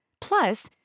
Plus